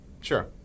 Sure